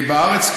בארץ,